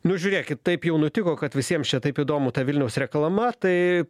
nu žiūrėkit taip jau nutiko kad visiems čia taip įdomu ta vilniaus reklama tai